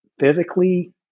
physically